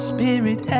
Spirit